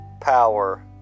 power